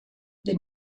the